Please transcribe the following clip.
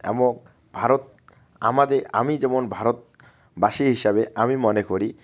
এবং ভারত আমাদের আমি যেমন ভারতবাসী হিসাবে আমি মনে করি